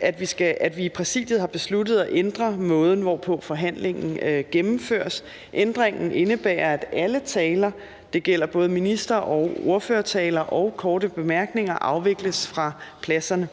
at vi i Præsidiet har besluttet at ændre måden, hvorpå forhandlingen gennemføres. Ændringen indebærer, at alle taler – det gælder både minister- og ordførertaler og korte bemærkninger – afvikles fra pladserne.